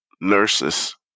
Nurses